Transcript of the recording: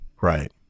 Right